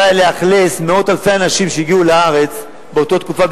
לאכלס מאות אלפי אנשים שהגיעו לארץ באותה תקופה,